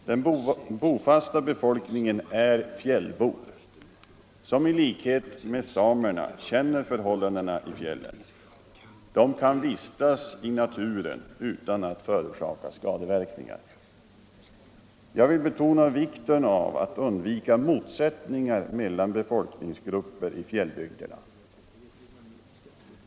Den bofasta befolkningen är fjällbor, som i likhet med samerna känner förhållandena i fjällen. De kan vistas i naturen utan att förorsaka skadeverkningar. Jag vill betona vikten av att undvika motsättningar mellan befolkningsgrupper i fjällbygderna.